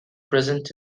present